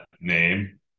name